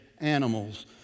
animals